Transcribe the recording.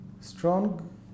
strong